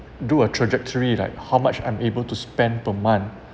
do a trajectory like how much I'm able to spend per month